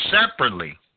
separately